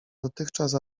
dotychczas